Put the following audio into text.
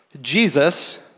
Jesus